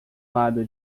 lado